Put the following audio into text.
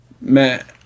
man